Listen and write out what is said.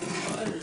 11:00.